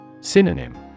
Synonym